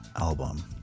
album